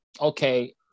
okay